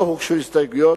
לא הוגשו הסתייגויות,